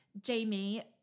Jamie